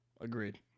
Agreed